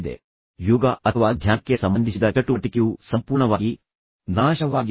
ತದನಂತರ ಯೋಗ ಅಥವಾ ಧ್ಯಾನಕ್ಕೆ ಸಂಬಂಧಿಸಿದ ಯಾವುದೇ ರೀತಿಯ ಚಟುವಟಿಕೆಯು ಸಂಪೂರ್ಣವಾಗಿ ನಾಶವಾಗಿದೆ